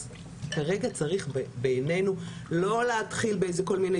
אז כרגע צריך בעינינו לא להתחיל בכל מיני